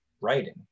writing